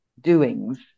doings